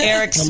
Eric